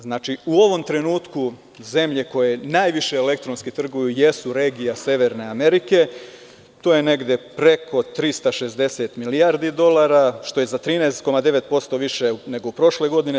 Znači, u ovom trenutku zemlje koje najviše elektronski trguju jesu regija Severne Amerike, to je negde preko 360 milijardi dolara, što je za 13,9% više nego u prošloj godini.